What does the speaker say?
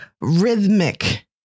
rhythmic